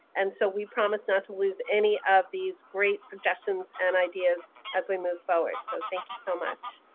and so we promise not to lose any of these great suggestions and ideas as we move forward. so thank you so much.